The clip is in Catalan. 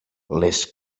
les